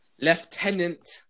Lieutenant